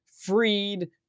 freed